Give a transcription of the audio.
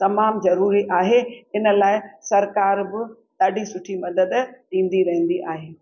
तमामु जरूरी आहे इन लाइ सरकार बि ॾाढी सुठी मदद ॾींदी रहिंदी आहे